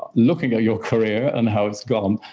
looking at your career, and how it's gone,